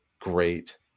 great